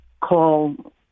call